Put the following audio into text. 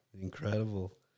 incredible